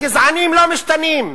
הגזענים לא משתנים.